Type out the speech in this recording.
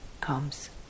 comes